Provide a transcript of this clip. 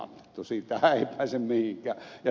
siitähän ei pääse mihinkään